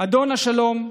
אדון השלום,